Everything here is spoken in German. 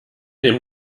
dem